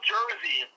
Jersey